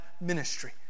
ministry